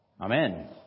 Amen